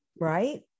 right